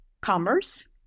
commerce